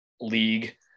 league